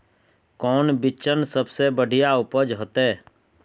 कौन बिचन सबसे बढ़िया उपज होते?